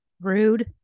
Rude